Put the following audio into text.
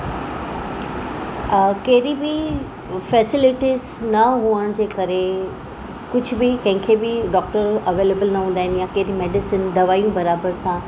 अ कहिड़ी बि फैसिलिटीस न हुअण जे करे कुझु बि कंहिंखे बि डॉक्टर अवैलेबल न हूंदा आहिनि या कहिड़ी मेडिसिन दवाइयूं बराबरि सां